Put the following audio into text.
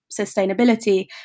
sustainability